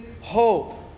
hope